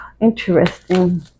Interesting